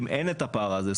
אם אין את הפער הזה,